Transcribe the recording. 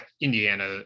Indiana